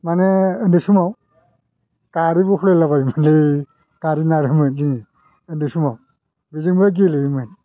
माने उन्दै समाव गारिबो बोलालाबायोमोनलै गारि नारोमोन जोङो उन्दै समाव बेजोंबो गेलेयोमोन